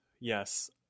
Yes